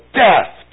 death